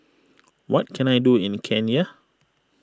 what can I do in Kenya